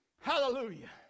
Hallelujah